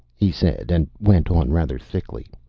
he said, and went on rather thickly,